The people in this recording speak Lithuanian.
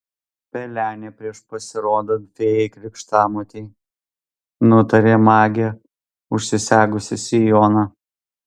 pelenė prieš pasirodant fėjai krikštamotei nutarė magė užsisegusi sijoną